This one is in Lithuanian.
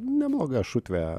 nebloga šutvė